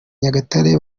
nyagatare